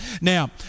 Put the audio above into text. now